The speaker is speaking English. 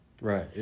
Right